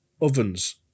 ovens